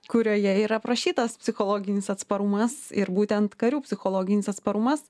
kurioje yra aprašytas psichologinis atsparumas ir būtent karių psichologinis atsparumas